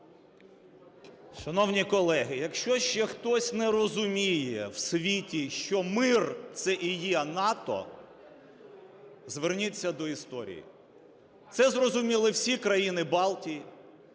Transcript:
Шановні колеги, якщо ще хтось не розуміє в світі, що мир це і є НАТО, зверніться до історії. Це зрозуміли всі країни Балтії,